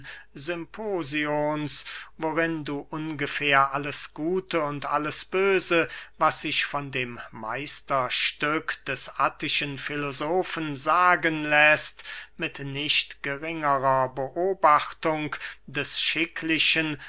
symposions worin du ungefähr alles gute und alles böse was sich von dem meisterstück des attischen filosofen sagen läßt mit nicht geringerer beobachtung des schicklichen